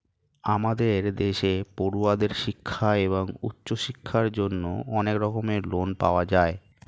আমাদের দেশে পড়ুয়াদের শিক্ষা এবং উচ্চশিক্ষার জন্য অনেক রকমের লোন পাওয়া যায়